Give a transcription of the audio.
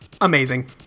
Amazing